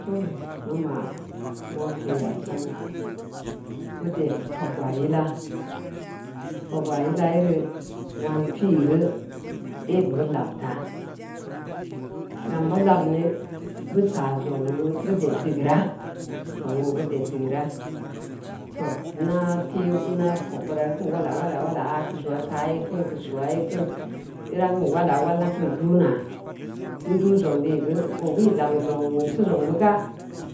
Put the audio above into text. Too, mu ma, mokeya sang, bud ed fogwaa yila, fogwaa yila yere nwan pi’igu een bu lamta gau ba lamme, bus aa zongneu bud ed deugeura, zongneu bud ed deugeura. Too nna tee, nna fog bira kin wala, wala keu soot aa yee kin, geu soo yee kin, nnakin wala wal nakin du’na n du’ zongn deui geu oo geu i lamu zong nyeungseu zongbu ga,